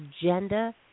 agenda